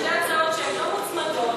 שתי הצעות שהן לא מוצמדות,